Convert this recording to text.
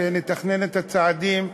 שנתכנן את הצעדים,